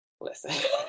listen